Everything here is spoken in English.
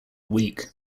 week